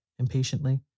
Impatiently